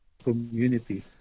community